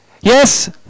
Yes